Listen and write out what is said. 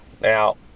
now